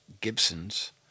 Gibsons